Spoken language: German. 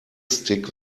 stick